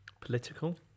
Political